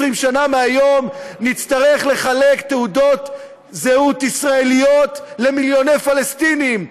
20 שנה מהיום נצטרך לחלק תעודות זהות ישראליות למיליוני פלסטינים.